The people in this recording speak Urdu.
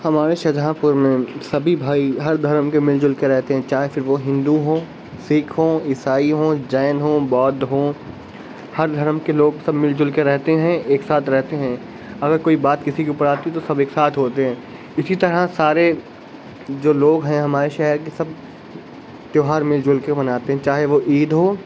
ہمارے شاہجہاں پور میں سبھی بھائی ہر دھرم کے مل جل کر رہتے ہیں چاہے پھر وہ ہندو ہوں سکھ ہوں عیسائی ہوں جین ہوں بودھ ہوں ہر دھرم کے لوگ سب مل جل کے رہتے ہیں ایک ساتھ رہتے ہیں اگر کوئی بات کسی کے اوپر آتی ہے تو سب ایک ساتھ ہوتے ہیں اسی طرح سارے جو لوگ ہیں ہمارے شہر کے سب تہوار مل جل کر مناتے ہیں چاہے وہ عید ہو